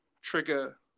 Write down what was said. trigger